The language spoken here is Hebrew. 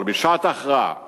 אבל בשעת הכרעה